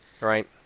Right